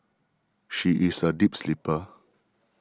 she is a deep sleeper